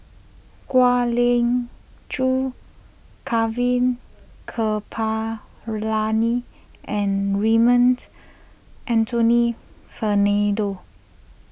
Kwek Leng Joo Gaurav Kripalani and Raymond Anthony Fernando